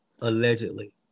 Allegedly